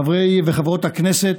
חברי וחברות הכנסת,